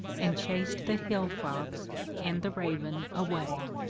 and chas'd the hill fox and the raven away.